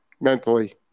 mentally